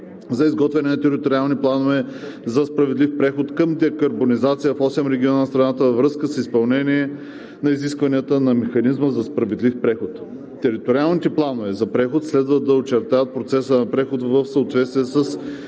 за изготвянето на териториални планове за справедлив преход към декарбонизация в осем региона на страната във връзка с изпълнение на изискванията на Механизма за справедлив преход. Териториалните планове за преход следва да очертаят процеса на преход в съответствие с